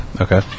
okay